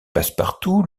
passepartout